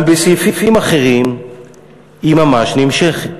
אבל בסעיפים אחרים היא ממש נמשכת.